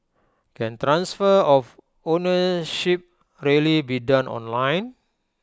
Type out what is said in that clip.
can of ownership really be done online